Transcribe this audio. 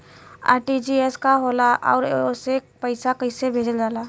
RTGS का होला आउरओ से पईसा कइसे भेजल जला?